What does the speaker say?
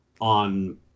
on